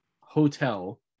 hotel